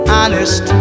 Honest